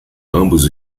ambos